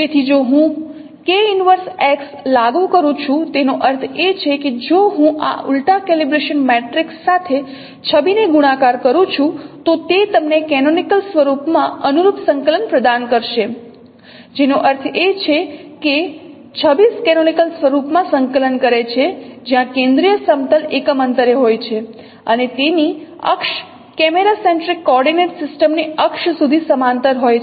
તેથી જો હું K 1x લાગુ કરું છું તેનો અર્થ એ કે જો હું આ ઉલટા કેલિબ્રેશન મેટ્રિક્સ સાથે છબીને ગુણાકાર કરું છું તો તે તમને કેનોનિકલ સ્વરૂપમાં અનુરૂપ સંકલન પ્રદાન કરશે જેનો અર્થ છે કે છબી કેનોનિકલ સ્વરૂપમાં સંકલન કરે છે જ્યાં કેન્દ્રીય સમતલ એકમ અંતરે હોય છે અને તેની અક્ષ કેમેરા સેન્ટ્રિક કોઓર્ડિનેટ સિસ્ટમ ની અક્ષ સુધી સમાંતર હોય છે